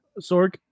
Sorg